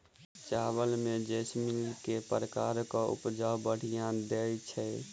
चावल म जैसमिन केँ प्रकार कऽ उपज बढ़िया दैय छै?